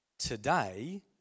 Today